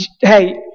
Hey